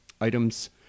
items